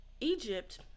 egypt